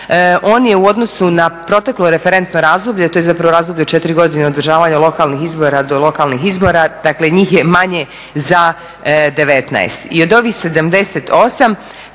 on je u odnosu na proteklo referentno razdoblje to je zapravo razdoblje od 4 godine od održavanja lokalnih izbora do lokalnih izbora, dakle njih je manje za 19. I od ovih 78